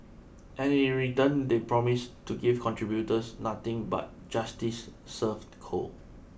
and in return they promise to give contributors nothing but justice served cold